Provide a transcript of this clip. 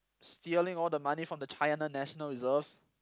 stealing all the money from the China national reserves